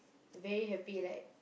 very happy like